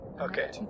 Okay